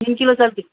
thank you sir